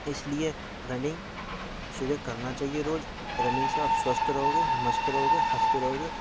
इसलिए रनिंग सुबह करनी चाहिए रोज़ रनिंग से आप स्वस्थ रहोगे मस्त रहोगे हँसते रहोगे